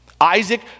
Isaac